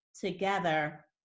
together